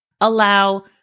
allow